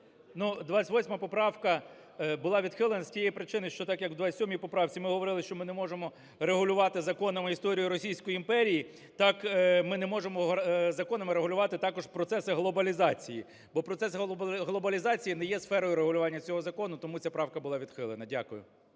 М.Л. 28 поправка була відхилена з тієї причини, що так, як у 27 поправці, ми говорили, що ми не можемо регулювати законами історію Російської імперії, так ми не можемо законами регулювати також процеси глобалізації. Бо процес глобалізації не є сферою регулювання цього закону, тому ця правка була відхилена. Дякую.